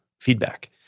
feedback